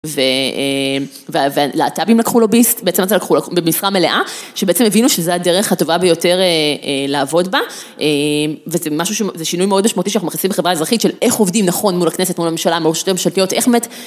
ולהטב"ים לקחו לוביסט, בעצם את זה לקחו במשרה מלאה שבעצם הבינו שזה הדרך הטובה ביותר לעבוד בה וזה משהו שזה שינוי מאוד משמעותי שאנחנו מחסים בחברה האזרחית של איך עובדים נכון מול הכנסת, מול הממשלה, מול שתי הממשלתיות, איך מ...